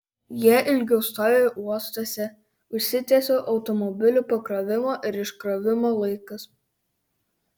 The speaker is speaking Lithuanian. jie ilgiau stovi uostuose užsitęsia automobilių pakrovimo ir iškrovimo laikas